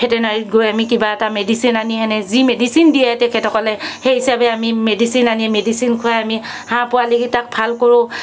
ভেটেনেৰীত গৈ আমি কিবা এটা মেডিচিন আনি এনেই যি মেডিচিন দিয়ে তেখেতসকলে সেই হিচাপে আমি মেডিচিন আনি মেডিচিন খুৱাই আমি হাঁহ পোৱালিকিটাক ভাল কৰোঁ